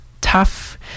tough